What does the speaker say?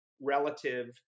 relative